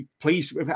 Please